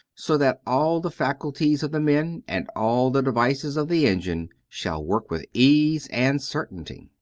so that all the faculties of the men and all the devices of the engine shall work with ease and certainty.